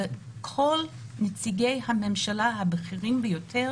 כל נציגי הממשלה הבכירים ביותר